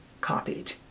copied